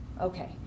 okay